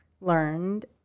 learned